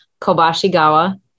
Kobashigawa